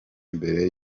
mbere